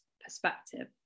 perspective